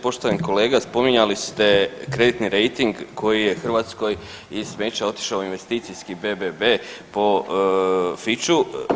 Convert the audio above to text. Poštovani kolega, spominjali ste kreditni rejting koji je Hrvatskoj iz smeća otišao u investicijski BBB po Fitchu.